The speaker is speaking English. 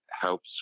helps